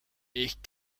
ich